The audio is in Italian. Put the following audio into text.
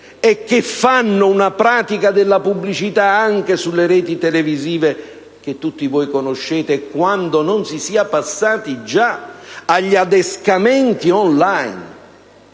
e che fanno una pratica della pubblicità anche sulle reti televisive che tutti voi conoscete, quando non si sia passati già agli adescamenti *on line*?